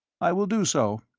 i will do so.